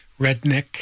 redneck